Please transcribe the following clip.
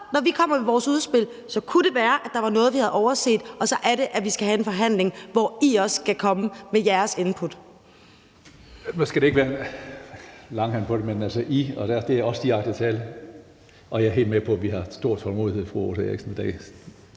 Når vi kommer med vores udspil, kunne det være, at der var noget, vi havde overset, og så er det, vi skal have en forhandling, hvor I også skal komme med jeres input. Kl. 16:29 Tredje næstformand (Karsten Hønge): Nu skal jeg ikke tærske langhalm på det, men »I« er også direkte tiltale. Jeg er helt med på, at vi har stor tålmodighed, fru Rosa Eriksen, og